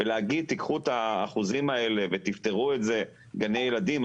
להגיד קחו את האחוזים האלה ותפתרו את זה בגני ילדים?